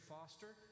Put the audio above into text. Foster